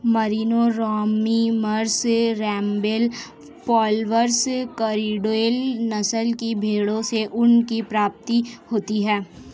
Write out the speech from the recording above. Merino, Romney Marsh, रेम्बेल, Polwarth, Corriedale नस्ल की भेंड़ों से ऊन की प्राप्ति होती है